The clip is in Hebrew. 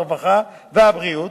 הרווחה והבריאות.